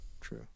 True